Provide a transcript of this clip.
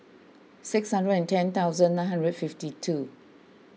six hundred and ten thousand nine hundred and fifty two